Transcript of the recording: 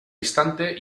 instante